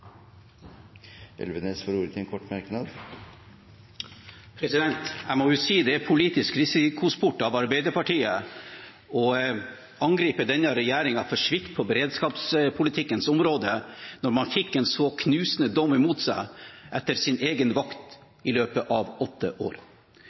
Elvenes har hatt ordet to ganger tidligere og får ordet til en kort merknad, begrenset til 1 minutt. Jeg må si det er politisk risikosport av Arbeiderpartiet å angripe denne regjeringen for svikt på beredskapspolitikkens område når man fikk en så knusende dom mot seg etter sin egen vakt